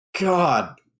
God